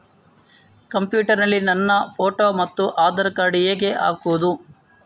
Computer ನಲ್ಲಿ ನನ್ನ photo ಮತ್ತು ಆಧಾರ್ ಕಾರ್ಡ್ ಹೇಗೆ ಹಾಕುವುದು?